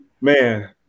Man